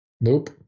Nope